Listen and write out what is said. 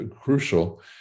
crucial